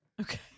Okay